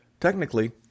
technically